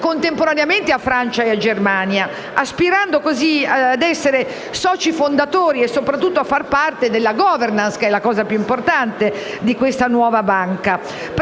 contemporaneamente a Francia e Germania, aspirando così a essere soci fondatori e soprattutto a far parte della *governance* che è la cosa più importante di questa nuova banca,